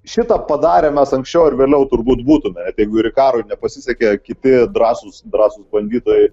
šitą padarę mes anksčiau ar vėliau turbūt būtumejeigu ir ikarui nepasisekė kiti drąsūs drąsūs bandytojai